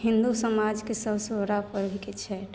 हिन्दू समाजके सबसे बड़ा पर्व छिकै छठि